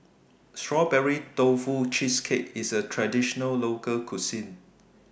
Strawberry Tofu Cheesecake IS A Traditional Local Cuisine